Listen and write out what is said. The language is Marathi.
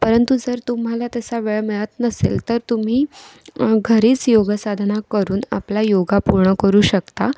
परंतु जर तुम्हाला तसा वेळ मिळत नसेल तर तुम्ही घरीच योग साधना करून आपला योगा पूर्ण करू शकता